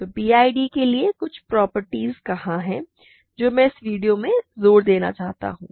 तो पीआईडी के कुछ प्रोपर्टीज़ क्या हैं जो मैं इस वीडियो में जोर देना चाहता हूं